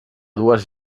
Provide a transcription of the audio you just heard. dues